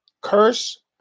Curse